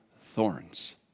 thorns